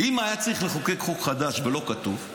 אם היה צריך לחוקק חוק חדש ולא כתוב,